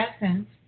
essence